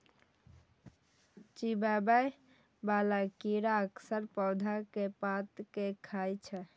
चिबाबै बला कीड़ा अक्सर पौधा के पात कें खाय छै